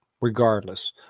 regardless